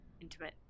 intimate